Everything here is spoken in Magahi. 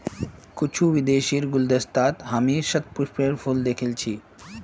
कुछू विदेशीर गुलदस्तात हामी शतपुष्पेर फूल दखिल छि